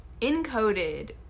encoded